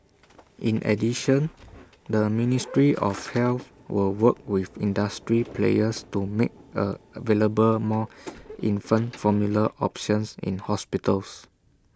in addition the ministry of health will work with industry players to make A available more infant formula options in hospitals